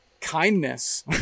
kindness